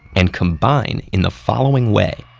and combine in the following way.